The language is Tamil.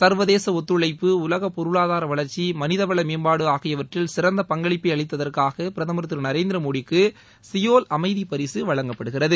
சர்வதேச ஒத்துழைப்பு உலக பொருளாதார வளர்ச்சி மனித ஆற்றல் வளர்ச்சி ஆகியவற்றில் சிறந்த பங்களிப்பை அளித்ததற்காக பிரதமர் திரு நரேந்திர மோடிக்கு சியோல் அமைதிப் பரிசு வழங்கப்படுகிறது